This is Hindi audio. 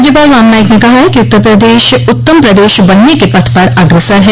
राज्यपाल राम नाईक ने कहा है कि उत्तर प्रदेश उत्तम प्रदेश बनने के पथ पर अग्रसर है